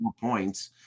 points